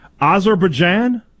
Azerbaijan